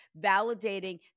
Validating